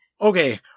Okay